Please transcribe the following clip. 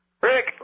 Rick